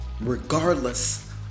Regardless